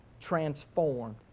transformed